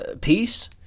peace